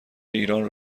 ایران